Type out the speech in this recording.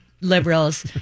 Liberals